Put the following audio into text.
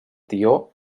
tió